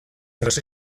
tras